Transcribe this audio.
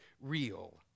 real